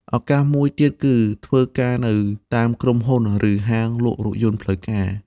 ឱកាសមួយទៀតគឺធ្វើការនៅតាមក្រុមហ៊ុនឬហាងលក់រថយន្តផ្លូវការ។